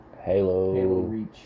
Halo